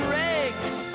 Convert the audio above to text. rags